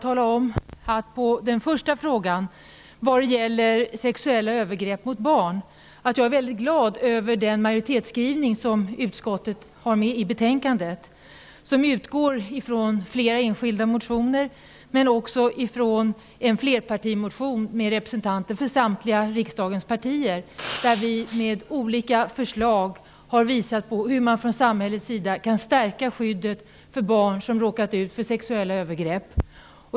Jag är väldigt glad över utskottets majoritetsskrivning i betänkandet om den första frågan som gäller sexuella övergrepp mot barn. Den utgår från flera enskilda motioner men också från en flerpartimotion av representanter för samtliga riksdagspartier. Vi har genom olika förslag visat hur samhället kan stärka skyddet för barn som råkat ut för sexuella övergrepp.